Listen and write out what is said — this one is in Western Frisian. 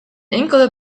inkelde